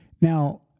Now